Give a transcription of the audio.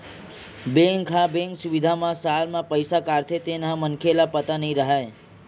bank ह bank सुबिधा म साल म पईसा काटथे तेन ह मनखे ल पता नई रहय